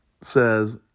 says